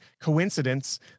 coincidence